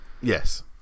Yes